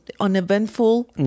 uneventful